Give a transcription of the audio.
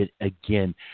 again